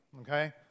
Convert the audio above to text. okay